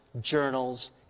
journals